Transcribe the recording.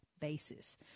basis